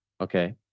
Okay